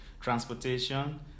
Transportation